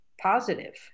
positive